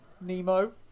nemo